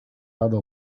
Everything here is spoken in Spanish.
lado